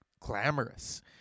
glamorous